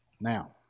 Now